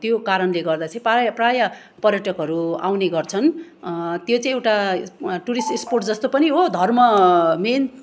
त्यो कारणले गर्दा चाहिँ प्रायः प्रायः पर्यटकहरू आउने गर्छन् त्यो चाहिँ एउटा टुरिस्ट स्पोट जस्तो पनि हो धर्म मेन